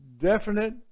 Definite